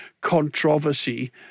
controversy